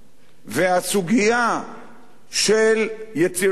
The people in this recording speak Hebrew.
והסוגיה של יצירת חוקה,